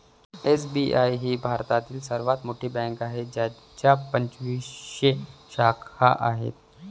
SBI ही भारतातील सर्वात मोठी बँक आहे ज्याच्या पंचवीसशे शाखा आहेत